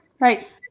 right